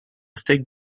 fig